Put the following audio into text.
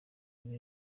uri